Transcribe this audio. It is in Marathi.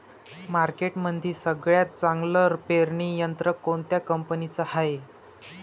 मार्केटमंदी सगळ्यात चांगलं पेरणी यंत्र कोनत्या कंपनीचं हाये?